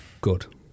good